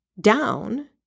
down